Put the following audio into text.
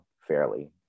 fairly